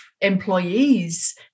employees